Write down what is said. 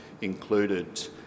included